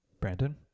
Brandon